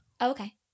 Okay